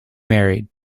married